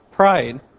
Pride